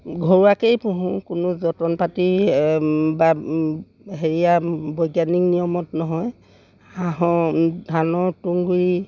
ঘৰুৱাকৈয়ে পুহোঁ কোনো যতন পাতি বা হেৰিয়া বৈজ্ঞানিক নিয়মত নহয় হাঁহৰ ধানৰ তুঁহগুৰি